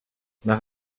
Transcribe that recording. nach